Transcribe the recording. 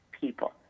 people